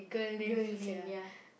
good name ya